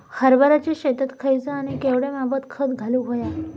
हरभराच्या शेतात खयचा आणि केवढया मापात खत घालुक व्हया?